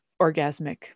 orgasmic